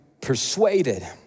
persuaded